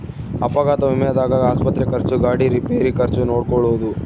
ಅಪಘಾತ ವಿಮೆದಾಗ ಆಸ್ಪತ್ರೆ ಖರ್ಚು ಗಾಡಿ ರಿಪೇರಿ ಖರ್ಚು ನೋಡ್ಕೊಳೊದು